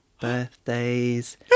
birthdays